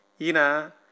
Ina